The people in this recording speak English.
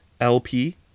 LP